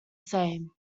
same